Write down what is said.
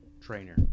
trainer